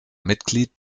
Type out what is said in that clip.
mitglied